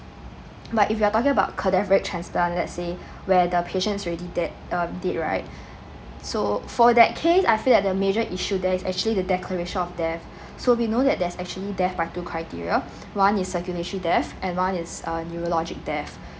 but if you're talking about cadaveric transplant let's say where the patient's already dead um dead right so for that case I feel that the major issue there's actually a declaration of death so we know that there's actually death by two criteria one is circulatory death and one is neurological death